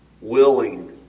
willing